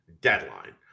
deadline